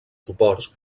suports